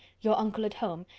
your uncle at home,